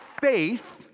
faith